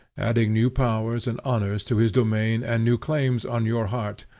adding new powers and honors to his domain and new claims on your heart,